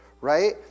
right